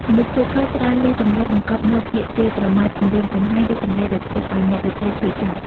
មនុស្សឃោរឃៅ ច្រើនមានសម្ដីបង្កប់នូវពាក្យជេរប្រមាថ គំរាមកំហែង ឬសម្ដីដែលធ្វើឱ្យអ្នកដទៃឈឺចាប់។